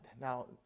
Now